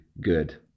good